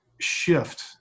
shift